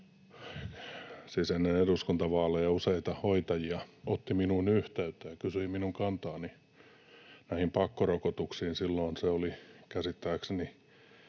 siis ennen eduskuntavaaleja, useita hoitajia otti minuun yhteyttä ja kysyi minun kantaani pakkorokotuksiin — silloin se käsittääkseni